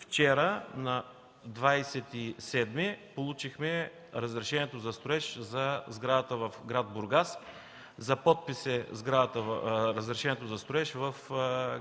Вчера, на 27 март, получихме разрешението за строеж за сградата в град Бургас. За подпис е разрешението за строеж в